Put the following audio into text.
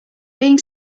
being